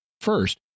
First